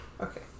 Okay